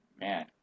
man